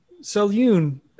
Saloon